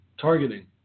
targeting